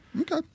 Okay